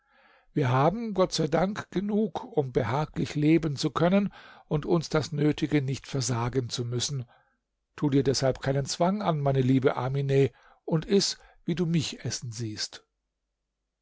wir haben gott sei dank genug um behaglich leben zu können und uns das nötige nicht versagen zu müssen tu dir deshalb keinen zwang an meine liebe amine und iß wie du mich essen siehst